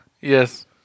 Yes